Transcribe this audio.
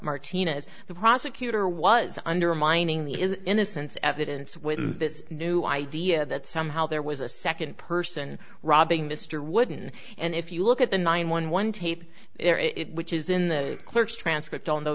martinez the prosecutor was undermining the is innocence evidence with this new idea that somehow there was a second person robbing mr wooden and if you look at the nine one one tape it which is in the clerk's transcript on th